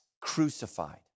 crucified